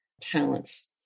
talents